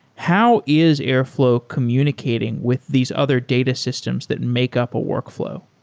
how is airflow communicating with these other data systems that make up a workflow?